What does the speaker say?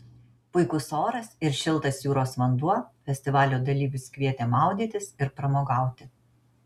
puikus oras ir šiltas jūros vanduo festivalio dalyvius kvietė maudytis ir pramogauti